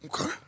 Okay